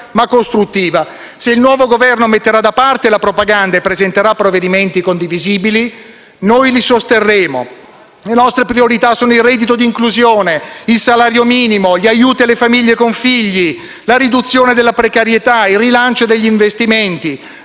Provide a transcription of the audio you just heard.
Se il nuovo Governo metterà da parte la propaganda e presenterà provvedimenti condivisibili, noi li sosterremo. Le nostre priorità sono il reddito d'inclusione, il salario minimo, gli aiuti alle famiglie con figli, la riduzione della precarietà, il rilancio degli investimenti,